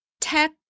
tech